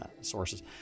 sources